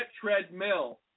treadmill